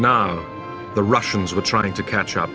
enemy the russians were trying to catch up